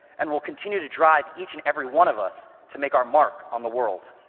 and will continue to drive each and every one of us to make our mark on the world.